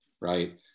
right